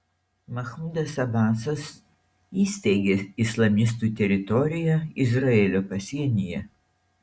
mahmudas abasas įsteigė islamistų teritoriją izraelio pasienyje